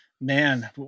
Man